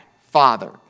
father